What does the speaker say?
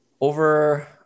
Over